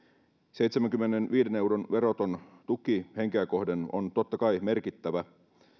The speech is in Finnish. seitsemänkymmenenviiden euron veroton tuki henkeä kohden on totta kai merkittävä